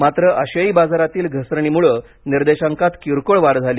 मात्र आशियाई बाजारातील घसरणीमुळे निर्देशांकात किरकोळ वाढ झाली